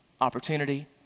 opportunity